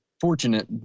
fortunate